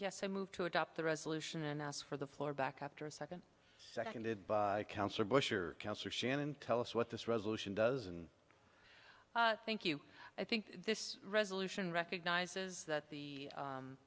yes a move to adopt the resolution and ask for the floor back after a second seconded by counselor bush or cancer shannon tell us what this resolution does and thank you i think this resolution recognizes that the